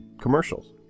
commercials